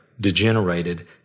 degenerated